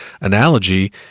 analogy